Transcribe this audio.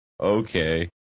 okay